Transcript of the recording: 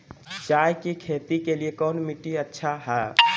चाय की खेती के लिए कौन मिट्टी अच्छा हाय?